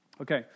Okay